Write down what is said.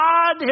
God